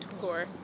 tour